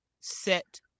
set